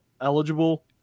eligible